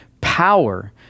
power